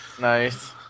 Nice